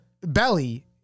belly